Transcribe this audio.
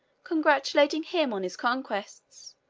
congratulating him on his conquests,